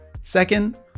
Second